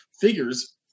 figures